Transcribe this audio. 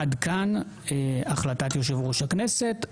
עד כאן החלטת יושב-ראש הכנסת.